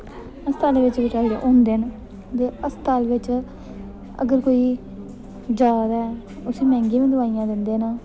अस्पातालै बिच होंदे न ते अस्तालै बिच अगर कोई जा दा ऐ उसी मैंह्गियां बी दवाइयां दिंदे न